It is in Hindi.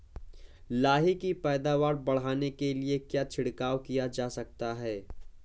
लाही की पैदावार बढ़ाने के लिए क्या छिड़काव किया जा सकता है?